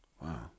wow